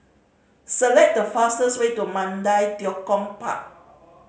select the fastest way to Mandai Tekong Park